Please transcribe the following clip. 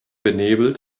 benebelt